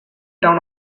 town